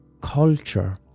Culture